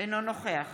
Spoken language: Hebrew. אינו נוכח